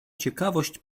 ciekawość